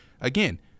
again